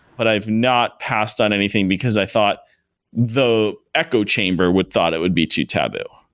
but i've not passed on anything because i thought the echo chamber would thought it would be too taboo.